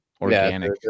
Organic